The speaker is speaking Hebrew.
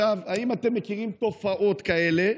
האם אתם מכירים תופעות כאלה?